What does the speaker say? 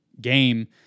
game